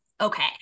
okay